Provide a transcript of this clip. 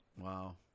Wow